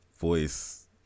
voice